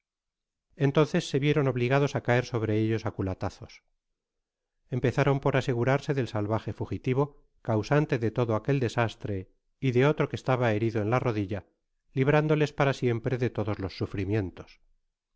entonces se vieron obligados á caer sobre ellos á culatazos empezaron por asegurarse del salvaje fugitivo causante de todo aquel desastre y de otro que estaba herido en la rodilla librándoles para siempre de todos los sufrimientos